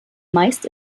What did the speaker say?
meist